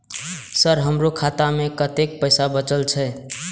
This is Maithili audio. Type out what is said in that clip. सर हमरो खाता में कतेक पैसा बचल छे?